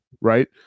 right